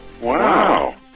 Wow